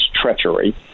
treachery